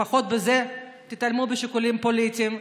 לפחות בזה תתעלמו משיקולים פוליטיים,